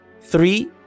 Three